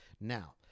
Now